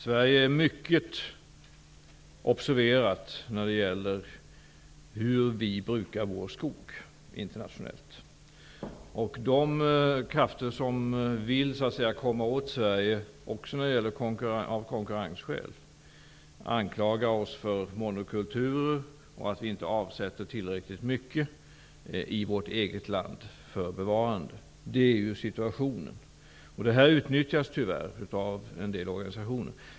Sverige är internationellt mycket observerat när det gäller hur vi brukar vår skog. De krafter som vill komma åt Sverige av konkurrensskäl anklagar oss för monokulturer och att vi inte avsätter tillräckligt mycket i vår eget land för bevarande. Det är situationen. Detta utnyttjas tyvärr av en del organisationer.